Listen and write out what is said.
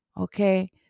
Okay